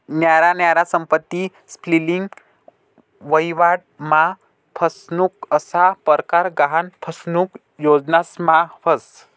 न्यारा न्यारा संपत्ती फ्लिपिंग, वहिवाट मा फसनुक असा परकार गहान फसनुक योजनास मा व्हस